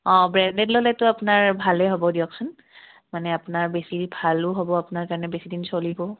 অঁ ব্ৰেণ্ডেড ল'লেতো আপোনাৰ ভালেই হ'ব দিয়কচোন মানে আপোনাৰ বেছি ভালো হ'ব আপোনাৰ কাৰণে বেছিদিন চলিবও